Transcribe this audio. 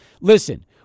Listen